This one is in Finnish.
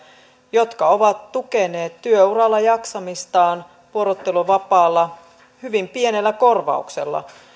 jotka ovat tukeneet työuralla jaksamistaan vuorotteluvapaalla hyvin pienellä korvauksella